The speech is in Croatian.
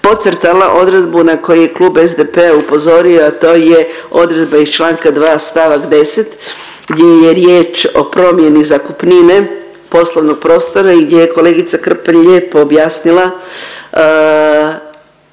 podcrtala odredbu na koju je Klub SDP-a upozorio, a to je odredba iz Članka 2. stavak 10. gdje je riječ o promjeni zakupnine poslovnog prostora i gdje je kolegica Krpan lijepo objasnila